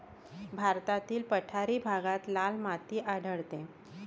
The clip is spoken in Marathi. भारतातील पठारी भागात लाल माती आढळते